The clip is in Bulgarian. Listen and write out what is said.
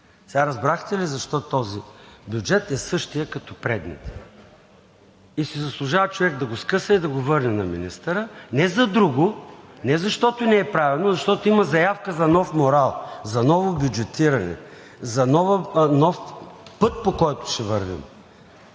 Сега разбрахте ли защо този бюджет е същият като предните? Заслужава си човек да го скъса и да го върне на министъра, не за друго – не защото не е правилно, а защото има заявка за нов морал, за ново бюджетиране, за нов път, по който ще вървим,